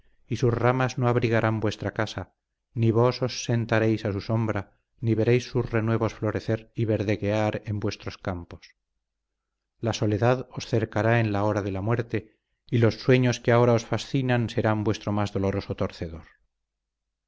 y sus ramas no abrigarán vuestra casa ni vos os sentaréis a su sombra ni veréis sus renuevos florecer y verdeguear en vuestros campos la soledad os cercará en la hora de la muerte y los sueños que ahora os fascinan serán vuestro más doloroso torcedor